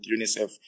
UNICEF